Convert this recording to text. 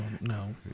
no